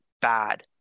bad